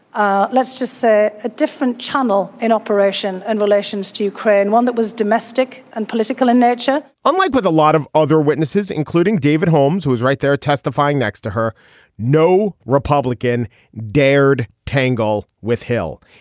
ah let's just say, a different channel and operation and relations to ukraine one that was domestic and political in nature, unlike with a lot of other witnesses, including david holmes, who was right there testifying next to her no republican dared tangle with hill.